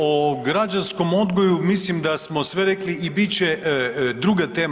O građanskom odgoju mislim da smo sve rekli i bit će druge teme.